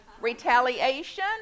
Retaliation